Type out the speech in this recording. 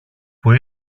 που